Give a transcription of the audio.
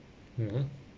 mmhmm